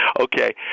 Okay